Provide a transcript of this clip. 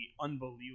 unbelievable